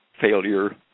failure